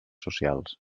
socials